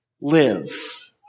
live